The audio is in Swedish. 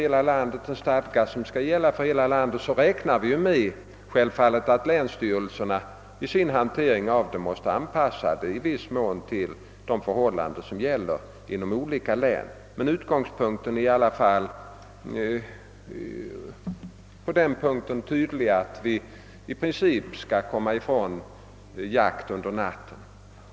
När vi utfärdar en stadga som skall gälla för hela landet räknar vi naturligtvis med att länsstyrelserna i viss mån måste handlägga frågorna efter de förhållanden som råder inom olika län. Utgångspunkten är dock att vi i princip skall komma ifrån jakt under natten.